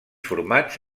formats